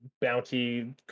bounty